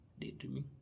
daydreaming